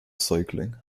cycling